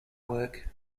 work